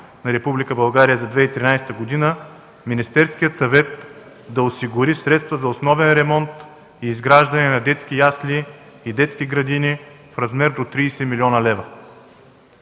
България за 2013 г. Министерският съвет да осигури средства за основен ремонт и изграждане на детски ясли и детски градини в размер до 30 млн. лв.